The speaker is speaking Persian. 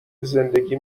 زندگی